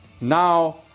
Now